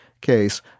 case